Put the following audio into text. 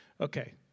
okay